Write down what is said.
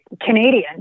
Canadian